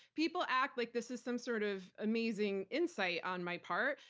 people act like this is some sort of amazing insight on my part.